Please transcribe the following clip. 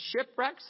shipwrecks